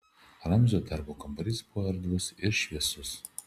ramzio darbo kambarys buvo erdvus ir šviesus